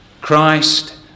Christ